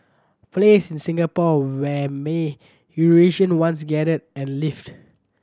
place in Singapore where may Eurasian once gathered and lived